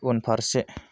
उनफारसे